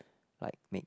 like make